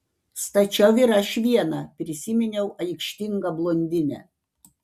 stačiau ir aš vieną prisiminiau aikštingą blondinę